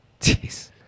Jeez